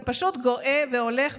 זה פשוט גואה והולך.